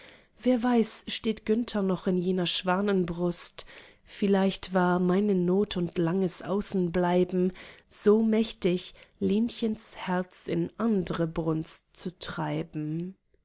wer weiß steht günther noch in jener schwanenbrust vielleicht war meine not und langes außenbleiben so mächtig lenchens herz in andre brunst zu treiben